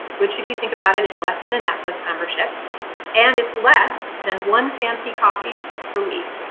which if you think about it is less than a netflix membership and it's less than one fancy coffee per week.